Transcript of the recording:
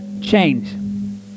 change